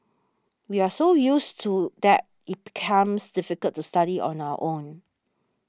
we're so used to that it becomes difficult to study on our own